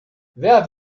wer